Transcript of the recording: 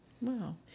Wow